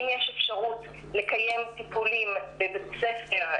אם יש אפשרות לקיים טיפולים בבית ספר,